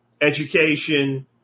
education